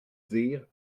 dire